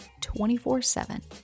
24-7